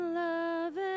love